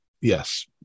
Yes